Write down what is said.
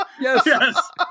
Yes